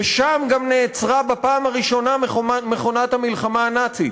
ושם גם נעצרה בפעם הראשונה מכונת המלחמה הנאצית,